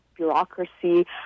bureaucracy